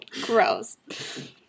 gross